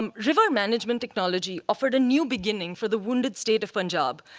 um river management technology offered a new beginning for the wounded state of punjab,